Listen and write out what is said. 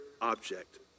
object